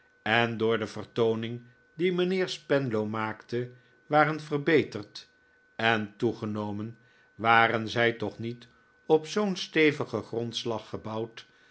en door de vertooning die mijnheer spenlow maakte waren verbeterd en toegenomen waren zij toch niet op zoo'n stevigen grondslag gebouwd